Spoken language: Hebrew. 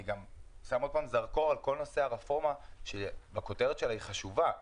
אני שם זרקור על כל נושא הרפורמה שהכותרת שלה היא חשובה,